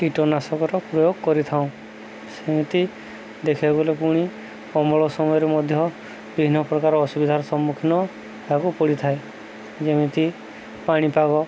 କୀଟନାଶକର ପ୍ରୟୋଗ କରିଥାଉଁ ସେମିତି ଦେଖିବାକୁ ଗଲେ ପୁଣି ଅମଳ ସମୟରେ ମଧ୍ୟ ବିଭିନ୍ନ ପ୍ରକାର ଅସୁବିଧାର ସମ୍ମୁଖୀନ ହେବାକୁ ପଡ଼ିଥାଏ ଯେମିତି ପାଣିପାଗ